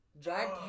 drag